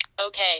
Okay